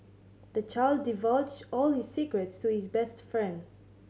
the child divulged all his secrets to his best friend